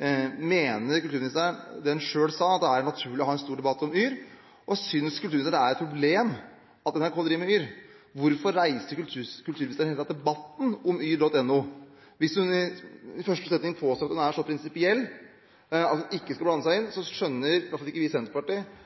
hun mener det hun selv sa om at det er naturlig å ha en stor debatt om yr.no. Synes kulturministeren det er et problem at NRK driver med yr.no? Hvorfor reiste kulturministeren i det hele tatt debatten om yr.no, hvis hun i første setning påstår at hun er så prinsipiell at hun ikke skal blande seg inn? Vi i Senterpartiet skjønner i alle fall ikke